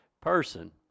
person